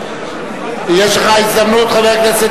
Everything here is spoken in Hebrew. יש לך הזדמנות, חבר הכנסת